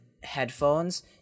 headphones